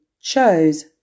chose